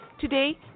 Today